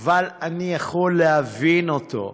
אבל אני יכול להבין אותו: